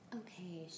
okay